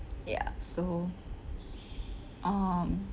ya so um